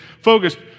focused